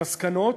למסקנות,